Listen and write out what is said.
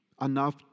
enough